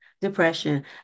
depression